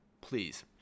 please